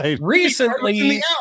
Recently